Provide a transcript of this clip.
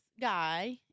guy